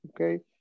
okay